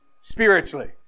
spiritually